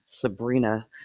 Sabrina